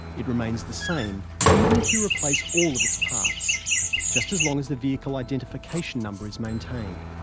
it remains the same even if you replace all of its parts just as long as the vehicle identification number is maintained.